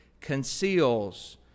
conceals